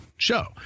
show